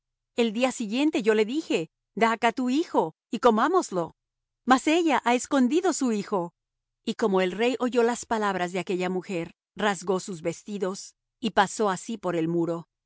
el día siguiente yo le dije da acá tu hijo y comámoslo mas ella ha escondido su hijo y como el rey oyó las palabras de aquella mujer rasgó sus vestidos y pasó así por el muro